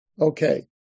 Okay